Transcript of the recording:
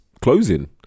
closing